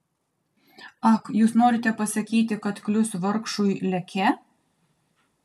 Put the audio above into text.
ak jūs norite pasakyti kad klius vargšui leke